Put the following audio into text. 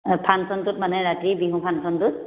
ফাংচনটোত মানে ৰাতি বিহু ফাংচনটোত